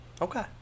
Okay